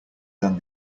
than